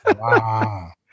Wow